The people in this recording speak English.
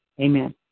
Amen